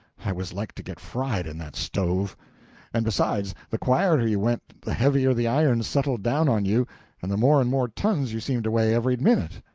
i was like to get fried in that stove and besides, the quieter you went the heavier the iron settled down on you and the more and more tons you seemed to weigh every minute.